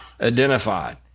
identified